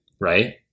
right